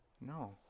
no